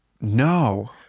No